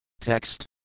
Text